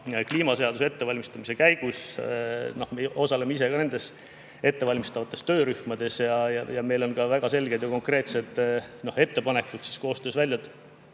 kliimaseaduse ettevalmistamise käigus me osaleme ise ka nendes ettevalmistavates töörühmades, meil on ka väga selged ja konkreetsed ettepanekud koostöös välja